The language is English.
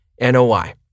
NOI